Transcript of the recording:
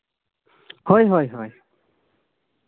ᱦᱳᱭ ᱦᱳᱭ